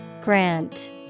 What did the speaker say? Grant